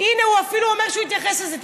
הוא אפילו אומר שהוא יתייחס לזה.